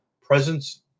presence